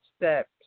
steps